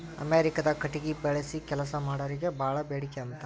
ಅಮೇರಿಕಾದಾಗ ಕಟಗಿ ಬಳಸಿ ಕೆಲಸಾ ಮಾಡಾರಿಗೆ ಬಾಳ ಬೇಡಿಕೆ ಅಂತ